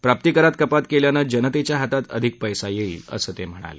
प्राप्तिकरात कपात केल्यानं जनतेच्या हातात अधिक पैसा येईल असं ते म्हणाले